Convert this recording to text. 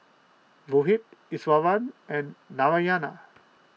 Rohit Iswaran and Narayana